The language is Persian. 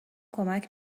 کمک